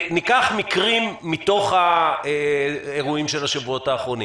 ניקח מקרים מתוך האירועים של השבועות האחרונים